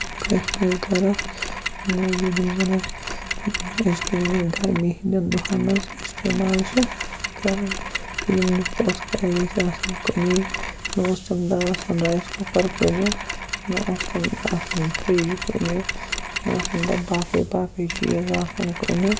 پرٛٮ۪تھ کُنہِ گَرَس موٗجوٗد یِم زَن اَسہِ یِمَن أزۍ کٮ۪ن یِمَن گرمی ہِنٛدٮ۪ن دۄہَن منٛز استعمال چھِ کَران یِم نہٕ پوٚتھ کالہِ ٲسۍ آسان کُنے نہ اوس تَمہِ دۄہ آسان ریِس کُکَر کُنہِ نہ اوس تَمہِ دۄہ آسان فِرٛج کُنہِ نہ اوس تَمہِ دۄہ باقٕے باقٕے چیٖز آسان کُنہِ